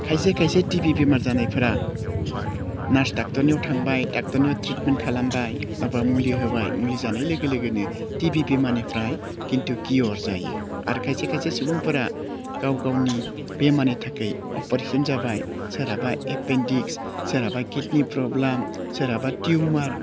खायसे खाये टिबि बेमार जानायफ्रा नार्स डाक्टरनियाव थांबाय डाक्टरनियाव ट्रिटमेन्ट खालामबाय माबा मुलि होबाय मुलि जानाय लोगोनो टिबि बेरामारनिफ्राय खिन्थु कियर जायो आरो खायसे खायसे सुबुंफोरा गाव गावनि बेमारनि थाखाय अपारेशन जाबाय सोरहाबा एपेनदिक्स सोरबा किडनि प्रब्लेम सोरहाबा टिउमार